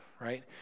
right